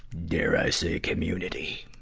dare i say community?